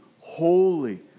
holy